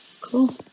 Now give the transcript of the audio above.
Cool